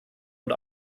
und